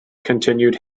continued